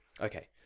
Okay